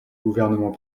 gouvernement